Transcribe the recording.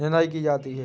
निदाई की जाती है?